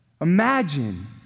Imagine